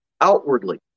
outwardly